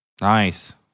Nice